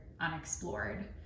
unexplored